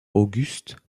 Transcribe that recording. auguste